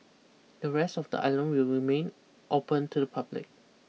the rest of the island will remain open to the public